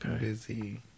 Busy